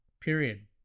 Period